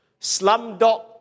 Slumdog